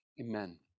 amen